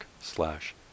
slash